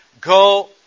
Go